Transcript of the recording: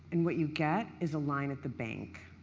and what you get is a line at the bank.